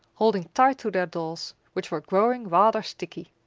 holding tight to their dolls, which were growing rather sticky.